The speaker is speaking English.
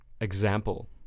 example